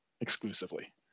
exclusively